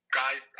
guys